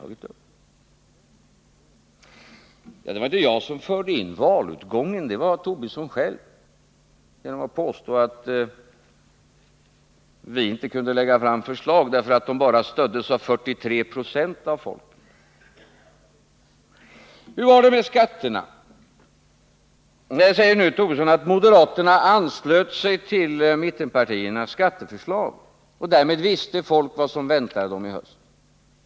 Det var inte jag som förde in valutgången i diskussionen — det var Lars Tobisson själv. Han påstod att vi inte kunde lägga fram förslag, därför att de bara stöddes av 43 96 av folket. Hur var det med skatterna? Lars Tobisson säger nu att moderaterna anslöt sig till mittenpartiernas skatteförslag. Därmed visste folk vad som väntade dem i höst.